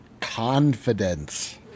Confidence